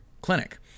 clinic